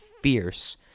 fierce